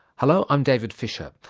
hello, i'm david fisher.